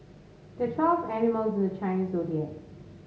there twelve animals in the Chinese Zodiac